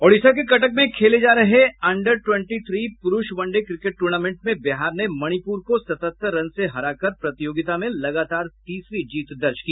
ओड़िशा के कटक में खेले जा रहे अंडर ट्वेंटी थ्री पुरुष वनडे क्रिकेट टूर्नामेंट में बिहार ने मणिपुर को सतहत्तर रन से हराकर प्रतियोगिता में लगातार तीसरी जीत दर्ज की